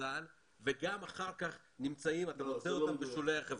בצה"ל וגם אחר כך אתה מוצא אותם בשולי החברה.